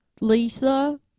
Lisa